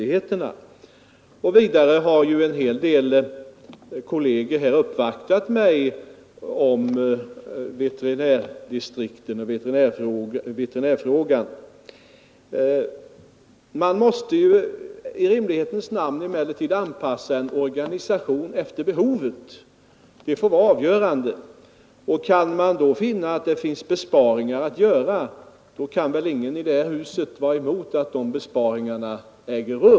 Vidare har Torsdagen den en hel del kolleger här uppvaktat mig om veterinärdistrikten och 16 november 1972 veterinärfrågan över huvud taget. Man måste emellertid i rimlighetens namn anpassa en organisation efter behovet. Det får vara avgörande, och kan man då finna att besparingar kan göras har väl ingen i det här huset någonting emot att de besparingarna också görs.